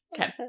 Okay